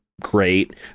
great